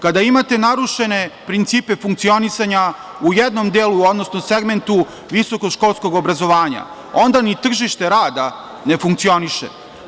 Kada imate narušene principe funkcionisanja u jednom delu, odnosno segmentu visokoškolskog obrazovanja, onda ni tržište rada ne funkcioniše.